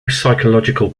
psychological